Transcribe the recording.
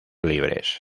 libres